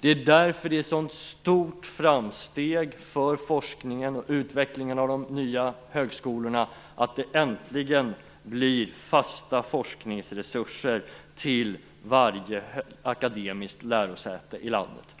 Därför är det ett stort framsteg för forskningen och utvecklingen av de nya högskolorna att det äntligen blir fasta forskningsresurser till varje akademiskt lärosäte i landet.